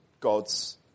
God's